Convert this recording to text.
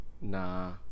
Nah